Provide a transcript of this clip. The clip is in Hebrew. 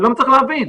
אני לא מצליח להבין.